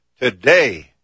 today